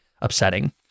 upsetting